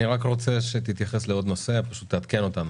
אני רק רוצה שתתייחס לעוד נושא, תעדכן אותנו.